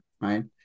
right